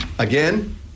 Again